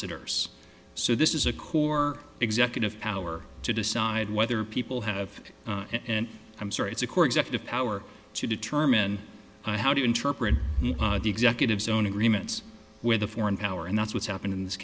hers so this is a core executive power to decide whether people have and i'm sorry it's a core executive power to determine how to interpret the executive zone agreements with a foreign power and that's what's happened in this